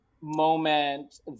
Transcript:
moment